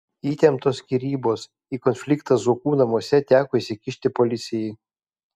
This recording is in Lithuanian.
įtemptos skyrybos į konfliktą zuokų namuose teko įsikišti policijai